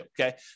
okay